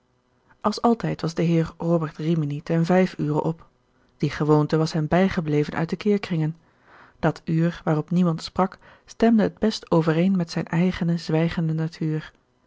als altijd was de heer robert rimini ten vijf ure op die gewoonte was hem bijgebleven uit de keerkringen dat uur waarop niemand sprak stemde het best overeen met zijne eigene zwijgende natuur